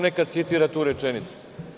Neka citira tu rečenicu.